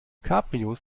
cabrios